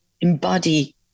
embody